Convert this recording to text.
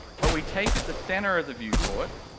but we take the center of the viewport,